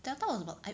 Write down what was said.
Delta was about I